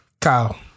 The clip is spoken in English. Kyle